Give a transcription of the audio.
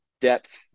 depth